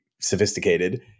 sophisticated